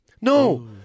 No